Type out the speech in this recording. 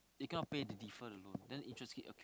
income pay to different you know and interest keep